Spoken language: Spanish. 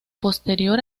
posterior